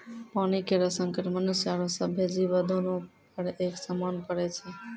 पानी केरो संकट मनुष्य आरो सभ्भे जीवो, दोनों पर एक समान पड़ै छै?